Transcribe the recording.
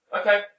Okay